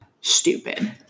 stupid